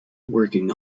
working